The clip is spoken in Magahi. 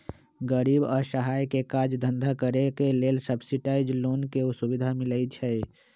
गरीब असहाय के काज धन्धा करेके लेल सब्सिडाइज लोन के सुभिधा मिलइ छइ